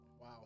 wow